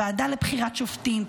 ועדה לבחירת שופטים,